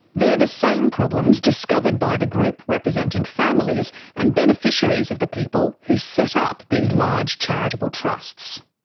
they're the same problems discovered by the group representing families and beneficiaries of the people who set up these large charitable trusts.